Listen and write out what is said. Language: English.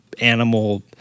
animal